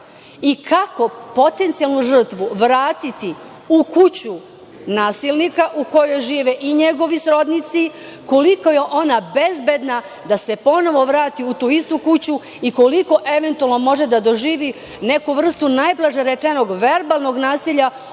kako potencijalnu žrtvu vratiti u kuću nasilnika u kojoj žive i njegovi srodnici, koliko je ona bezbedna da se ponovo vrati u tu istu kuću i koliko eventualno može da doživi neku vrstu najblaže rečeno verbalnog nasilja